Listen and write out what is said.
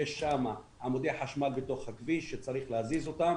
יש שם עמודי חשמל בתוך הכביש שצריך להזיז אותם,